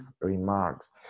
remarks